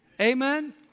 Amen